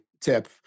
tip